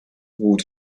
would